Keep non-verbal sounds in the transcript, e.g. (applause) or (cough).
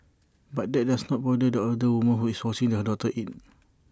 but that does not bother the older woman who is watching her daughter ate (noise)